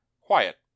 Quiet